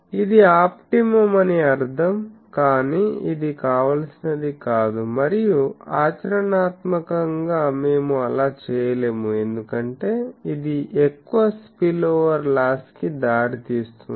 ఇది ఆప్టిమం అని అర్థం కానీ ఇది కావాల్సినది కాదు మరియు ఆచరణాత్మకంగా మేము అలా చేయలేము ఎందుకంటే ఇది ఎక్కువ స్పిల్ ఓవర్ లాస్ కి దారితీస్తుంది